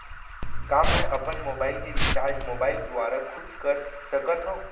का मैं अपन मोबाइल के रिचार्ज मोबाइल दुवारा खुद कर सकत हव?